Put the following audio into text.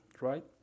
right